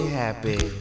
happy